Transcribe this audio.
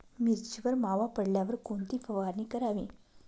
मिरचीवर मावा पडल्यावर कोणती फवारणी करावी?